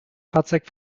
fahrzeug